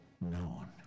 known